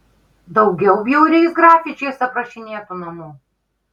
daugiau bjauriais grafičiais aprašinėtų namų